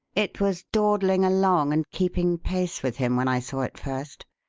it was dawdling along and keeping pace with him when i saw it first.